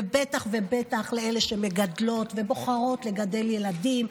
ובטח ובטח לאלה שמגדלות ובוחרות לגדל ילדים,